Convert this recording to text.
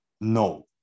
no